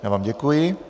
Já vám děkuji.